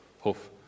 hoof